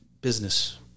business